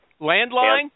Landline